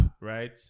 right